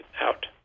out